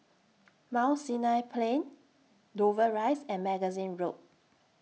Mount Sinai Plain Dover Rise and Magazine Road